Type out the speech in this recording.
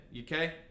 Okay